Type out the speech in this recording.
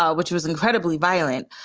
ah which was incredibly violent.